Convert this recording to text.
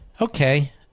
Okay